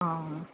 हां